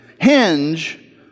hinge